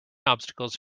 obstacles